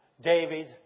David